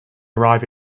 arrive